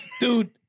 dude